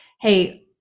hey